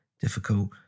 difficult